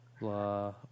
blah